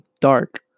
dark